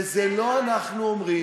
וזה לא אנחנו אומרים.